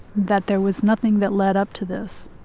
that there was nothing that led up to this.